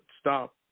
stop